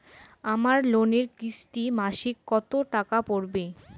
আমার লোনের কিস্তি মাসিক কত টাকা পড়বে?